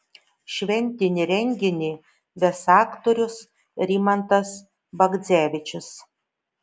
šventinį renginį ves aktorius rimantas bagdzevičius